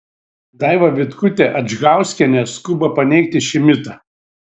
daiva vitkutė adžgauskienė skuba paneigti šį mitą